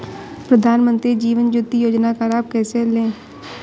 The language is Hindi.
प्रधानमंत्री जीवन ज्योति योजना का लाभ कैसे लें?